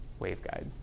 waveguide